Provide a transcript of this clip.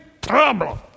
problem